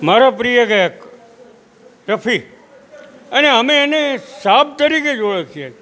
મારા પ્રિય ગાયક રફી અને અમે એને સાબ તરીકે જ જોયો છે